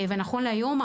נכון להיום,